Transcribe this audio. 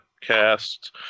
cast